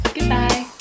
Goodbye